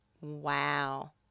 wow